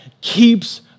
keeps